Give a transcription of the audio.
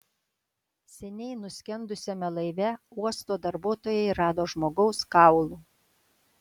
seniai nuskendusiame laive uosto darbuotojai rado žmogaus kaulų